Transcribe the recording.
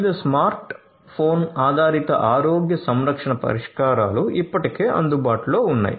వివిధ smart phone ఆధారిత ఆరోగ్య సంరక్షణ పరిష్కారాలు ఇప్పటికే అందుబాటులో ఉన్నాయి